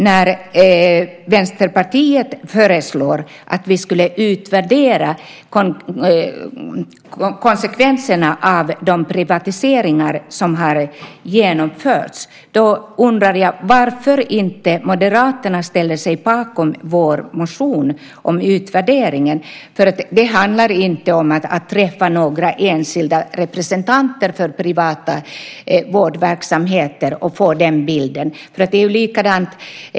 När Vänsterpartiet föreslår en utvärdering av konsekvenserna av de privatiseringar som har genomförts, varför ställer sig inte Moderaterna bakom vår motion? Det handlar inte om att träffa några enskilda representanter för privata vårdverksamheter och få den bilden.